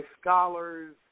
scholars